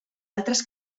altres